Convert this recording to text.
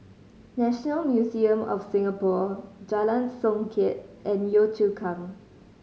National Museum of Singapore Jalan Songket and Yio Chu Kang